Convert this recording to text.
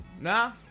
Nah